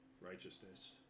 righteousness